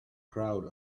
crowd